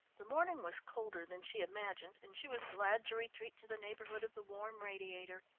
the morning was colder than she imagined, and she was glad to retreat to the neighbourhood of the warm radiator.